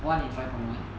one in five point one